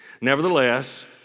Nevertheless